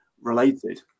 related